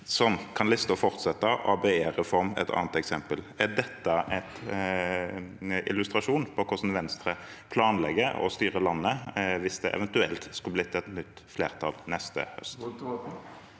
Slik kan listen fortsette. ABE-reformen er et annet eksempel. Er dette en illustrasjon på hvordan Venstre planlegger å styre landet hvis det eventuelt skulle blitt et nytt flertall neste høst?